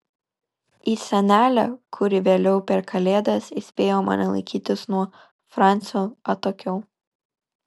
į senelę kuri vėliau per kalėdas įspėjo mane laikytis nuo francio atokiau